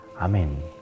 Amen